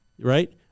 right